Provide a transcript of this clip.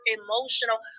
emotional